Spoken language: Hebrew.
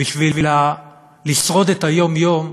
בשביל לשרוד את היום-יום,